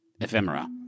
Ephemera